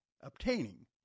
obtaining